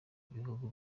bihugu